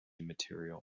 material